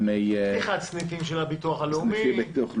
פתיחת סניפים של הביטוח הלאומי.